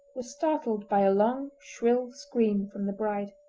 were startled by a long, shrill scream from the bride.